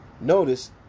notice